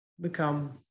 become